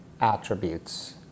attributes